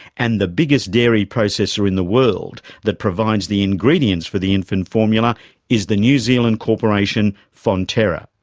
and the biggest dairy processor in the world that provides the ingredients for the infant formula is the new zealand corporation fonterra.